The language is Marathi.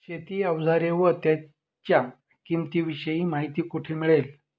शेती औजारे व त्यांच्या किंमतीविषयी माहिती कोठे मिळेल?